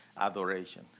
adoration